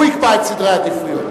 הוא יקבע את סדרי העדיפויות.